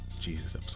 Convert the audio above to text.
Jesus